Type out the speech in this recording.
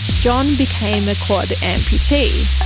john became a quad amputee,